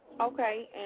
Okay